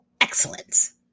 excellence